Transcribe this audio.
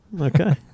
Okay